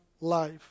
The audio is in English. life